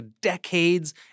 decades